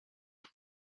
bspw